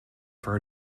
for